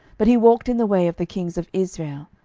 but he walked in the way of the kings of israel,